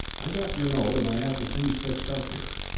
i got your note and i have the things fixed up here.